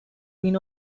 been